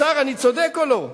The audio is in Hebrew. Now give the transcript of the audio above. השר, אני צודק או לא?